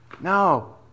No